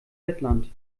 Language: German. lettland